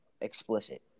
explicit